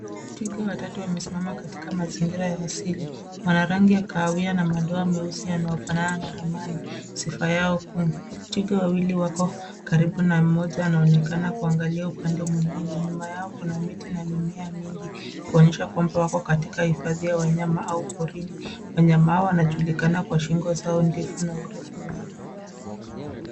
Twiga watatu wamesimama katika mazingira ya asili. Wana rangi ya kahawia na madoa meusi yanayofanana na ramani, sifa yao kuu. Twiga wawili wako karibu na mmoja anaonekana kuangalia upande mwingine. Nyuma yao kuna miti na mimea mingi kuonyesha kwamba wako katika hifadhi ya wanyama au porini. Wanyama hao wanajulikana kwa shingo zao ndefu na urefu wao.